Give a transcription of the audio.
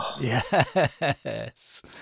Yes